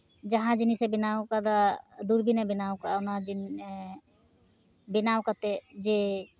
ᱡᱟᱦᱟᱸ ᱡᱤᱱᱤᱥᱮ ᱵᱮᱱᱟᱣ ᱠᱟᱫᱟ ᱫᱩᱨᱵᱤᱱᱮ ᱵᱮᱱᱟᱣ ᱠᱟᱜᱼᱟ ᱚᱱᱟ ᱵᱮᱱᱟᱣ ᱠᱟᱛᱮᱫ ᱡᱮ